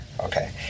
Okay